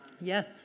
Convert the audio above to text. Yes